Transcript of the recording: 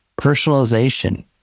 personalization